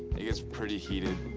it gets pretty heated.